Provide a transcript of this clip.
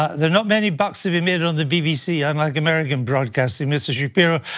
there are not many bucks to be made on the bbc unlike american broadcasting mr. shapiro.